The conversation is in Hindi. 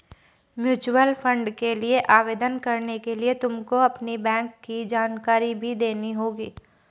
म्यूचूअल फंड के लिए आवेदन करने के लिए तुमको अपनी बैंक की जानकारी भी देनी होगी